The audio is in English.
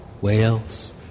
Wales